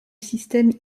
système